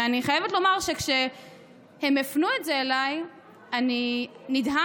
אני חייבת לומר שכשהם הפנו את זה אליי אני נדהמתי,